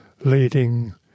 leading